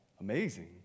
amazing